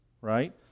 right